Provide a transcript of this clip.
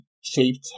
shaped